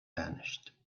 vanished